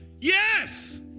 yes